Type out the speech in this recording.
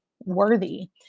Worthy